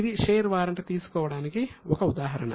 ఇది share warrant తీసుకోవడానికి ఒక ఉదాహరణ